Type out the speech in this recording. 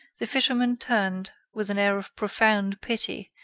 the fisherman turned, with an air of profound pity,